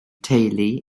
teulu